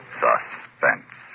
suspense